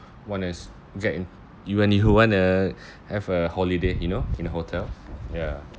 want to get in when you wanna have a holiday you know in a hotel ya